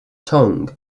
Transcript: tongue